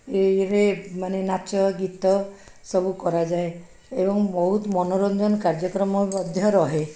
ରେ ମାନେ ନାଚ ଗୀତ ସବୁ କରାଯାଏ ଏବଂ ବହୁତ ମନୋରଞ୍ଜନ କାର୍ଯ୍ୟକ୍ରମ ମଧ୍ୟ ରହେ